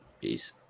Peace